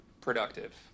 productive